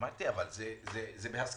אמרתי: אבל זה בהסכמה,